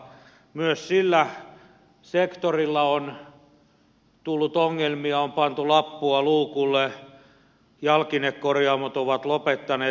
myös sillä sektorilla on tullut ongelmia on pantu lappua luukulle jalkinekorjaamot ovat lopettaneet